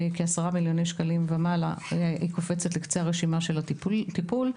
כעשרה מיליוני שקלים ומעלה היא קופצת למעלה הרשימה של הטיפול,